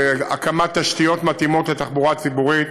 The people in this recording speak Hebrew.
בהקמת תשתיות מתאימות לתחבורה ציבורית,